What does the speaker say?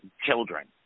children